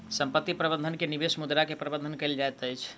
संपत्ति प्रबंधन में निवेश मुद्रा के प्रबंधन कएल जाइत अछि